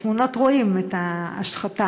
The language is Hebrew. בתמונות רואים את ההשחתה